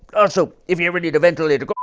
also, if you ever need a ventilator,